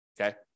okay